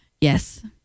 Yes